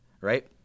right